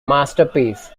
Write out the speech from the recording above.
masterpiece